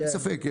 אין ספק,